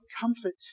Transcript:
comfort